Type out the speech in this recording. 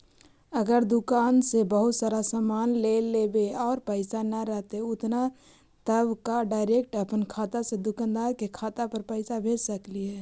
अगर दुकान से बहुत सारा सामान ले लेबै और पैसा न रहतै उतना तब का डैरेकट अपन खाता से दुकानदार के खाता पर पैसा भेज सकली हे?